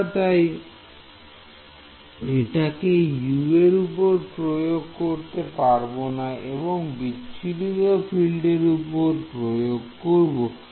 আমরা তাই এটাকে U এর উপর প্রয়োগ করতে পারবোনা বরং বিচ্ছুরিত ফিল্ড এর উপর প্রয়োগ করব